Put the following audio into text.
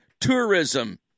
tourism